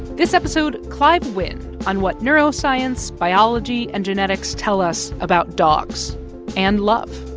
this episode, clive wynne on what neuroscience, biology and genetics tell us about dogs and love